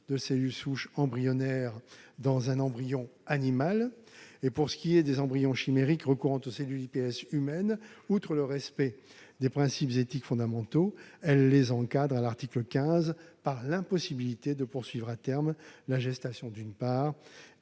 de cellules souches embryonnaires dans un embryon animal. Pour ce qui est des embryons chimériques recourant aux cellules iPS humaines, outre le respect des principes éthiques fondamentaux, elle encadre leur utilisation à l'article 15, d'une part, en prévoyant l'impossibilité de poursuivre à terme la gestation, et, d'autre part,